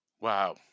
Wow